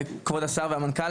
כבוד השר והמנכ"ל,